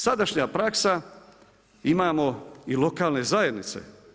Sadašnja praksa imamo i lokalne zajednice.